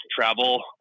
travel